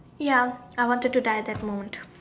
ya I wanted to die that moment